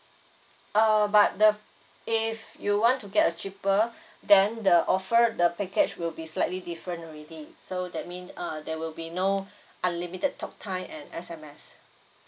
err but the if you want to get a cheaper then the offer the package will be slightly different already so that means uh there will be no unlimited talk time and S_M_S